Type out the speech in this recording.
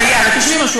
תשמעי משהו.